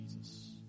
Jesus